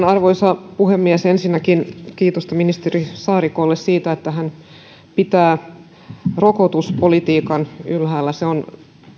arvoisa puhemies ensinnäkin kiitosta ministeri saarikolle siitä että hän pitää rokotuspolitiikan korkealla se on